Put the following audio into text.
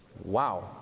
Wow